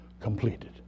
completed